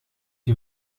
die